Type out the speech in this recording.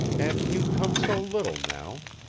and you come so little now.